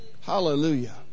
Hallelujah